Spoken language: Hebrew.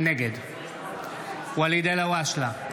נגד ואליד אלהואשלה,